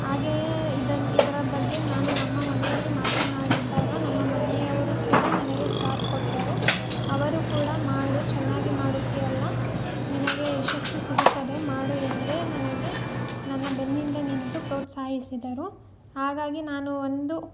ಹಾಗೆಯೇ ಇದನ್ನ ಇದರ ಬಗ್ಗೆ ನಾನು ನಮ್ಮ ಮನೆಯಲ್ಲಿ ಮಾತನಾಡಿದ್ದಾಗ ನಮ್ಮ ಮನೆಯವರು ಕೂಡ ನನಗೆ ಸಾಥ್ ಕೊಟ್ಟರು ಅವರು ಕೂಡ ಮಾಡು ಚೆನ್ನಾಗೆ ಮಾಡುತ್ತೀಯಲ್ಲ ನಿನಗೆ ಯಶಸ್ಸು ಸಿಗುತ್ತದೆ ಮಾಡು ಎಂದೇ ನನಗೆ ನನ್ನ ಬೆನ್ನ ಹಿಂದೆ ನಿಂತು ಪ್ರೋತ್ಸಾಹಿಸಿದರು ಹಾಗಾಗಿ ನಾನು ಒಂದು